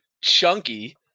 CHUNKY